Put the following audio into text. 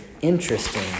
interesting